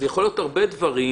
זה יכול להיות הרבה דברים.